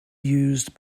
used